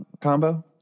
combo